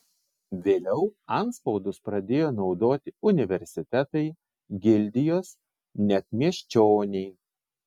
vėliau antspaudus pradėjo naudoti universitetai gildijos net miesčioniai